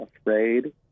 afraid